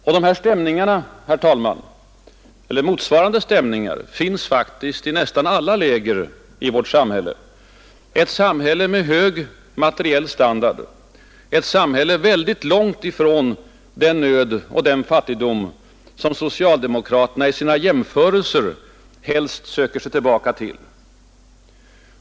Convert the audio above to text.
Och, herr talman, motsvarande stämningar finns faktiskt i nästan alla läger i vårt samhälle, ett samhälle med hög materiell standard, ett samhälle långt ifrån den nöd och fattigdom som socialdemokraterna i sina jämförelser helst söker sig tillbaka till.